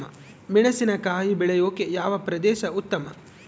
ಮೆಣಸಿನಕಾಯಿ ಬೆಳೆಯೊಕೆ ಯಾವ ಪ್ರದೇಶ ಉತ್ತಮ?